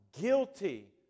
guilty